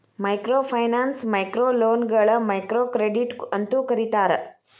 microfinance ಮೈಕ್ರೋಲೋನ್ಗಳ microcredit ಅಂತೂ ಕರೇತಾರ